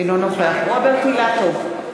אינו נוכח רוברט אילטוב,